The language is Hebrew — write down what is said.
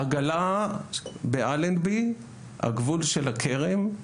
עגלה באלנבי, הגבול של הקרן,